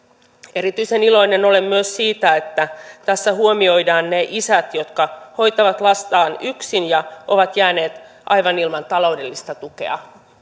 erityisen iloinen olen myös siitä että tässä huomioidaan ne isät jotka hoitavat lastaan yksin ja ovat jääneet aivan ilman taloudellista tukea